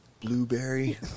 blueberry